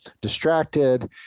distracted